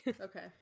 okay